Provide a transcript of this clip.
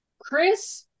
Chris